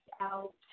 out